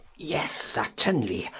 yes certainly,